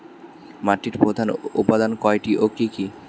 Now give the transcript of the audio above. মাটির প্রধান উপাদান কয়টি ও কি কি?